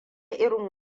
irin